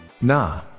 Nah